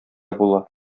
була